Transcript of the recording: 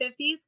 50s